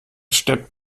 steppt